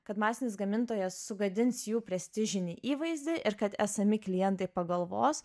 kad masinis gamintojas sugadins jų prestižinį įvaizdį ir kad esami klientai pagalvos